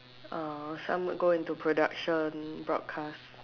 uh some go into production broadcast